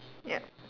ya